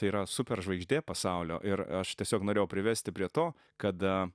tai yra superžvaigždė pasaulio ir aš tiesiog norėjau privesti prie to kad